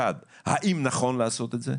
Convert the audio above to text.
אחד, האם נכון לעשות את זה?